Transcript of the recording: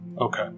Okay